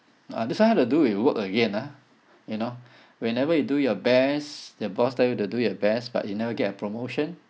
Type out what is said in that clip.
uh this one had to do with work again ah you know whenever you do your best your boss tell you to do your best but you never get a promotion